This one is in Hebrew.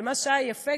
ומה שהיה יפה,